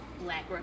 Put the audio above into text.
black